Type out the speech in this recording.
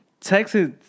Texas